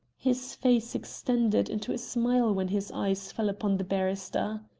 his face extended into a smile when his eyes fell upon the barrister. ah,